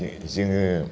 जोङो